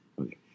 okay